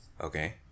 Okay